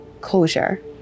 closure